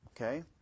Okay